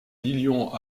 millions